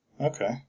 Okay